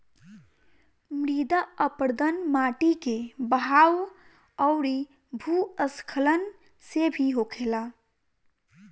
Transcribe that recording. मृदा अपरदन माटी के बहाव अउरी भू स्खलन से भी होखेला